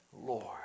Lord